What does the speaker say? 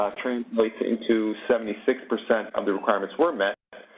translates into seventy six percent of the requirements were met.